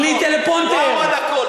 בלי טלפרומפטר, וואו על הכול.